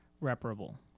reparable